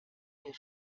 wir